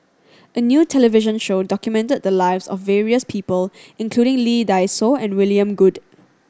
a new television show documented the lives of various people including Lee Dai Soh and William Goode